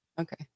Okay